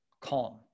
calm